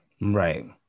right